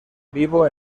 vivo